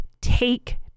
Take